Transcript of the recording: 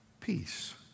Peace